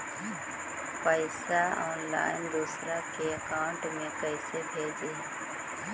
पैसा ऑनलाइन दूसरा के अकाउंट में कैसे भेजी?